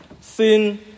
Sin